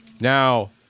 Now